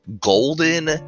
golden